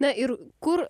na ir kur